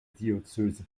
diözese